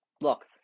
look